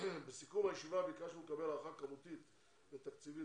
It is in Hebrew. בסיכום הישיבה ביקשנו לקבל הערכה כמותית ותקציבית,